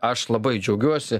aš labai džiaugiuosi